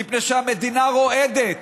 מפני שהמדינה רועדת,